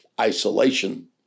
isolation